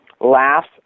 laughs